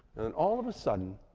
then all of a sudden,